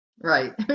Right